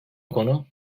konu